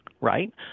right